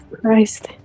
Christ